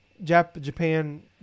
Japan